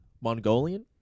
Mongolian